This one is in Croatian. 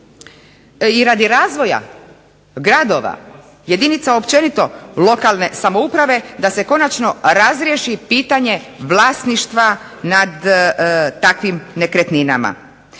i radi razvoja gradova, jedinica općenito lokalne samouprave da se konačno razriješi pitanje vlasništva nad takvim nekretninama.